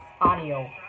audio